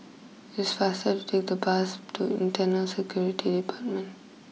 it's faster to take the bus to Internal Security Department